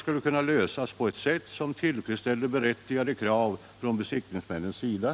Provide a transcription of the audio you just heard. skall kunna lösas på ett sätt som tillfredsställer berättigade krav från - Om provningen av besiktningsmännens sida”.